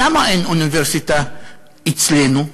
למה אין אוניברסיטה אצלנו,